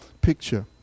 picture